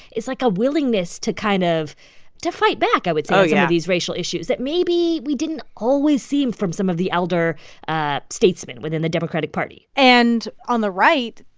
is like a willingness to kind of to fight back, i would say. oh, yeah. these racial issues that maybe we didn't always see from some of the elder ah statesmen within the democratic party and on the right